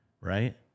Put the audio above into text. Right